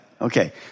Okay